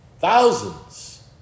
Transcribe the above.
Thousands